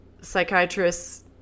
psychiatrists